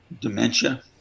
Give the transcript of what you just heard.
dementia